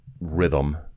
rhythm